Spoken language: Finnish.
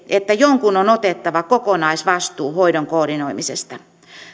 että jonkun on otettava kokonaisvastuu hoidon koordinoimisesta